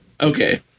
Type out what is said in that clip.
Okay